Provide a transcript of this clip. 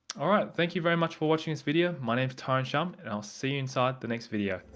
all right thank you very much for watching this video. my name is tyrone shum and i'll see you inside the next video.